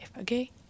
okay